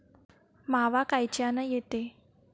मावा कायच्यानं येते?